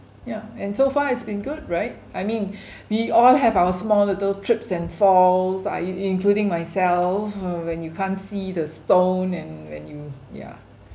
yeah and so far it's been good right I mean we all have our small little trips and falls uh in including myself uh when you can't see the stone and when you yeah